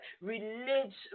religious